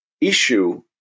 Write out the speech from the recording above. issue